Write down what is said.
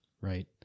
right